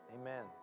Amen